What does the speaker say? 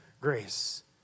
grace